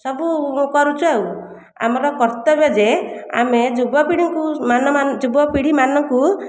ସବୁ କରୁଛୁ ଆଉ ଆମର କର୍ତ୍ତବ୍ୟ ଯେ ଆମେ ଯୁବାପିଢ଼ିଙ୍କୁ ମାନ ଯୁବପିଢ଼ିମାନଙ୍କୁ